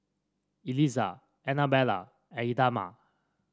Elizah Annabella and Idamae